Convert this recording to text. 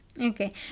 okay